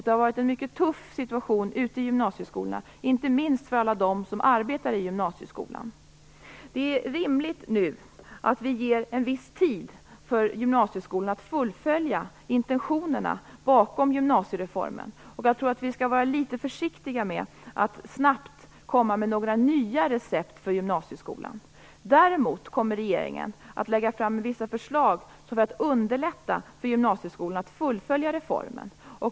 Det har varit en mycket tuff situation ute i gymnasieskolorna, inte minst för alla dem som arbetar i gymnasieskolan. Det är rimligt att vi nu ger gymnasieskolan en viss tid för att fullfölja intentionerna bakom gymnasiereformen. Jag tror att vi skall vara litet försiktiga med att snabbt komma med några nya recept för gymnasieskolan. Däremot kommer regeringen att lägga fram vissa förslag för att underlätta för gymnasieskolan att fullfölja reformen.